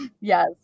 Yes